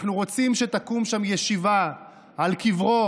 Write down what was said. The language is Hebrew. אנחנו רוצים שתקום שם ישיבה על קברו